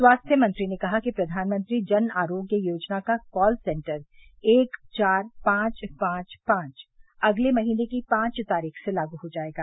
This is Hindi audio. स्वास्थ्य मंत्री ने कहा कि प्रधानमंत्री जन आरोग्य योजना का कॉल सेंटर एक चार पांच पांच पांच अगले महीने की पांच तारीख से चालू हो जाएगा